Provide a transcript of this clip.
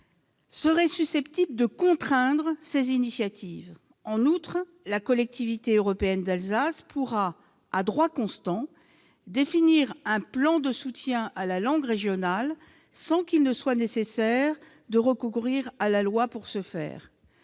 pourrait contraindre ces initiatives. En outre, la Collectivité européenne d'Alsace pourra, à droit constant, définir un plan de soutien à la langue régionale sans qu'il soit nécessaire de recourir à la loi pour ce faire.